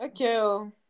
Okay